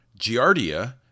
giardia